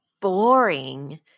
boring